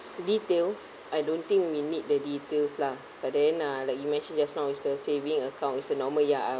details I don't think we need the details lah but then uh like you mentioned just now is the saving account is a normal ya I